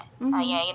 mmhmm